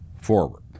forward